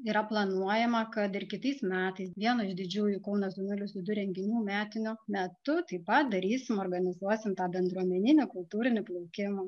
yra planuojama kad ir kitais metais vieno iš didžiųjų kaunas du nulis du du renginių metinio metu tai padarysim organizuosim tą bendruomeninį kultūrinį plaukimą